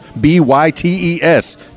B-Y-T-E-S